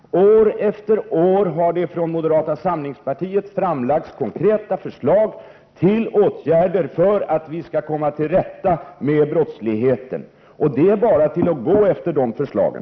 År efter år har det från moderata samlingspartiet framlagts konkreta förslag till åtgärder för att komma till rätta med brottsligheten. Det är bara att gå efter de förslagen.